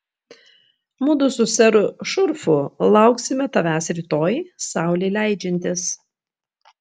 mudu su seru šurfu lauksime tavęs rytoj saulei leidžiantis